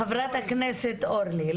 חברת הכנסת אורלי,